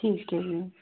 ਠੀਕ ਹੈ ਜੀ